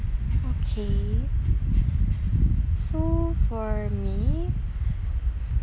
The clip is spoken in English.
okay so for me